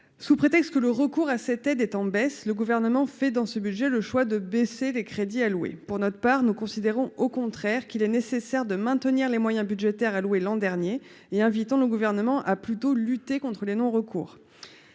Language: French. sous prétexte que le recours à cette aide est en baisse, le gouvernement fait dans ce budget, le choix de baisser les crédits alloués pour notre part, nous considérons au contraire qu'il est nécessaire de maintenir les moyens budgétaires alloués l'an dernier et invitant le gouvernement a plutôt lutter contre les non-recours